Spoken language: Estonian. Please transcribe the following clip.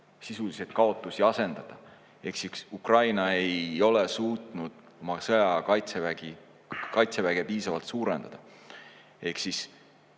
ainult kaotusi asendada. Ehk siis Ukraina ei ole suutnud oma sõjaaja kaitseväge piisavalt suurendada.